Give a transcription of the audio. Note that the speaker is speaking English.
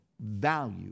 value